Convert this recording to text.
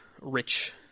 rich